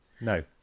no